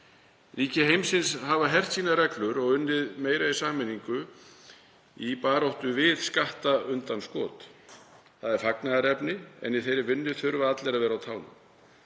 Ríki heimsins hafa hert reglur sínar og unnið meira saman í baráttunni við skattundanskot. Það er fagnaðarefni, en í þeirri vinnu þurfa allir að vera á tánum.